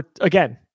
Again